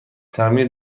تعمیر